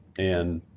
and